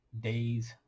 days